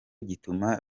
gituma